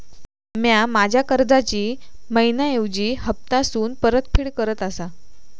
म्या माझ्या कर्जाची मैहिना ऐवजी हप्तासून परतफेड करत आसा